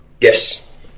Yes